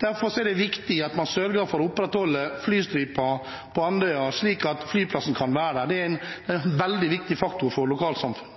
Derfor er det viktig at man sørger for å opprettholde flystripa på Andøya, slik at flyplassen kan være der. Det er en veldig viktig faktor for lokalsamfunnet.